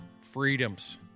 freedoms